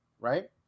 right